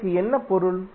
இதற்கு என்ன பொருள்